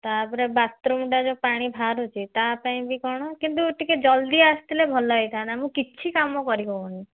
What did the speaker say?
ତାପରେ ବାଥରୁମ୍ଟା ଯେଉଁ ପାଣି ବାହାରୁଛି ତା ପାଇଁ ବି କ'ଣ କିନ୍ତୁ ଟିକେ ଜଲଦି ଆସିଥିଲେ ଭଲ ହେଇଥାନ୍ତା ମୁଁ କିଛି କାମ କରି ହେଉନି